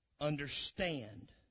understand